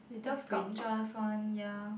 the sculptures one ya